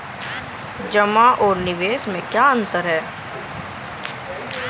जमा और निवेश में क्या अंतर है?